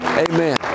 Amen